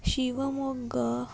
Shivamogga